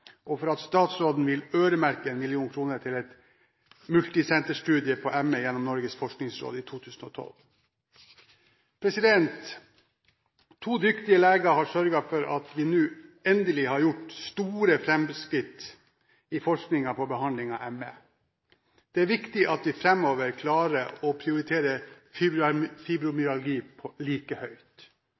og for at statsråden vil øremerke 1 mill. kr til en multisenterstudie på ME gjennom Norges forskningsråd i 2012. To dyktige leger har sørget for at vi nå endelig har gjort store framskritt i forskningen på behandling av ME. Det er viktig at vi framover klarer å prioritere fibromyalgi like høyt.